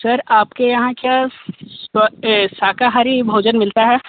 sir आपके यहाँ क्या शाकाहारी भोजन मिलता है